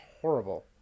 horrible